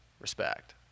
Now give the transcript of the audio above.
Respect